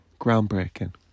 Groundbreaking